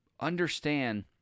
understand